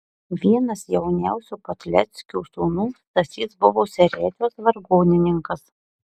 vienas jauniausių padleckių sūnų stasys buvo seredžiaus vargonininkas